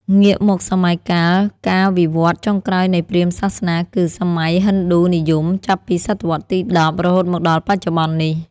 ងាកមកសម័យកាលការវិវឌ្ឍន៍ចុងក្រោយនៃព្រាហ្មណ៍សាសនាគឺ សម័យហិណ្ឌូនិយម ចាប់ពីសតវត្សរ៍ទី ១០ រហូតមកដល់បច្ចុប្បន្ននេះ។